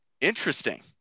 Interesting